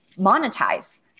monetize